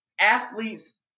athletes